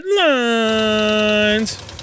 headlines